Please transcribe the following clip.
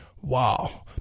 wow